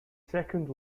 second